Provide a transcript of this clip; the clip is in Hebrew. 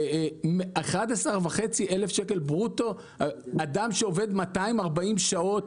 11,500 שקל ברוטו לאדם שעובד 240 שעות,